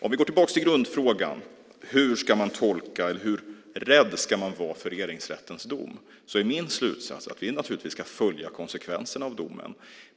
Vi kan gå tillbaka till grundfrågan: Hur ska man tolka, eller hur rädd ska man vara för Regeringsrättens dom? Då är min slutsats att vi naturligtvis ska följa konsekvenserna av domen.